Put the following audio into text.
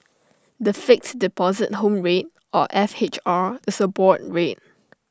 the Fixed Deposit Home Rate or F H R is A board rate